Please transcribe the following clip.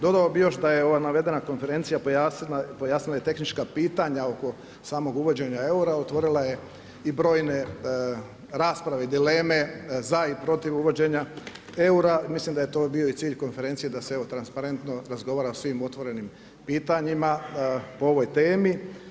Dodao bi još da je ova navedena konferencija pojasnila i tehnička pitanja oko samog uvođenja eura, otvorila je i brojne rasprave i dileme za i protiv uvođenja eura, mislim da je to i bio cilj konferencije da se transparentno razgovara o svim otvorenim pitanjima po ovoj teme.